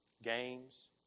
games